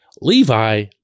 Levi